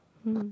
mm